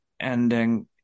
ending